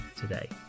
today